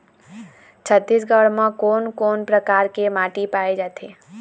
छत्तीसगढ़ म कोन कौन प्रकार के माटी पाए जाथे?